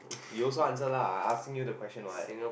you also answer lah I asking you the question what